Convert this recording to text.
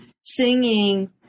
singing